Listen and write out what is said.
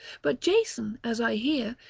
but jason, as i hear,